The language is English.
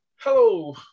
Hello